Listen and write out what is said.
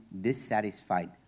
dissatisfied